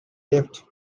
left